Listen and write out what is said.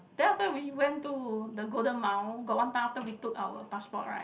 then after we went to the Golden Mile got one time after we took our passport right